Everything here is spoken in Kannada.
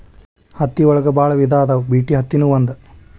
ಹತ್ತಿ ಒಳಗ ಬಾಳ ವಿಧಾ ಅದಾವ ಬಿಟಿ ಅತ್ತಿ ನು ಒಂದ